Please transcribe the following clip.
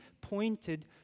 pointed